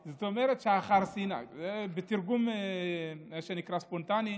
ומתרגם:) החרסינה, בתרגום ספונטני,